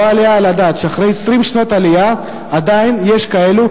לא יעלה על הדעת שאחרי 20 שנות עלייה עדיין יש כאלו